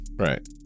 Right